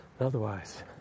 otherwise